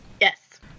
Yes